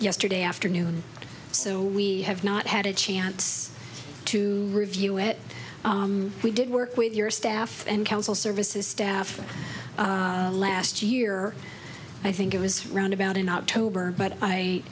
yesterday afternoon so we have not had a chance to review it we did work with your staff and council services staff last year i think it was round about in october but i